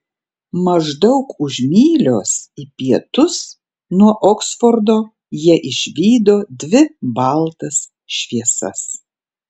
maždaug už mylios į pietus nuo oksfordo jie išvydo dvi baltas šviesas